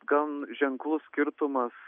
gan ženklus skirtumas